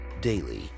daily